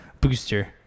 booster